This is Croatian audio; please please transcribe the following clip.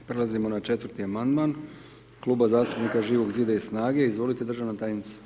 Prelazimo na 4. amandman Kluba zastupnika Živog zida i SNAGA-e, izvolite državna tajnice.